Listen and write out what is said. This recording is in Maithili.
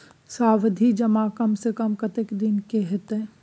सावधि जमा कम से कम कत्ते दिन के हते?